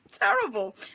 terrible